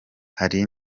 hari